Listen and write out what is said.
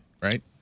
right